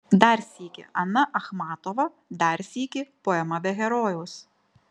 dar sykį ana achmatova dar sykį poema be herojaus